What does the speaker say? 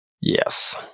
Yes